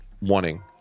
wanting